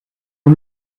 you